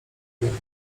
wiemy